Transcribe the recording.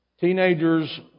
Teenagers